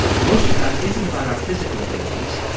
most of that isn't about our physical abilities.